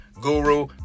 guru